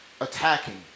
attacking